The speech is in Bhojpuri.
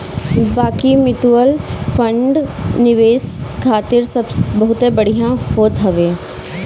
बाकी मितुअल फंड निवेश खातिर बहुते बढ़िया होत हवे